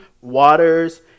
waters